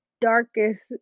darkest